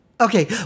Okay